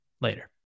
later